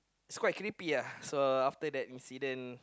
it's quite sleepy lah so after that incident